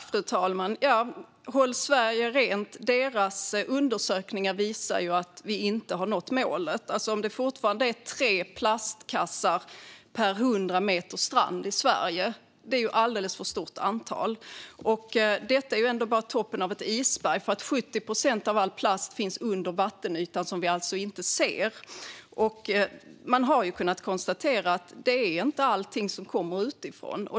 Fru talman! Håll Sverige Rents undersökningar visar att vi inte har nått målet. Om det fortfarande är 3 plastkassar per 100 meter strand i Sverige är det ett alldeles för stort antal. Det är ändå bara toppen av ett isberg eftersom 70 procent av all plast finns under vattenytan och alltså inte syns. Man har kunnat konstatera att det inte är allting som kommer utifrån.